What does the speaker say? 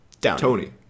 Tony